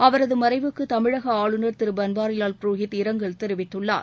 அவரது மறைவுக்கு தமிழக ஆளுநர் திரு பன்வாரிலால் புரோகித் இரங்கல் தெரிவித்துள்ளார்